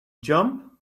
jump